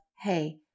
hey